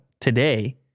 today